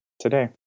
today